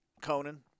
Conan